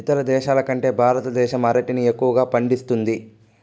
ఇతర దేశాల కంటే భారతదేశం అరటిని ఎక్కువగా పండిస్తుంది